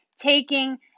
taking